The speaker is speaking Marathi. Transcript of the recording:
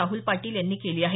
राहुल पाटील यांनी केली आहे